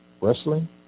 wrestling